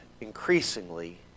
increasingly